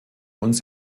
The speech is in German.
uns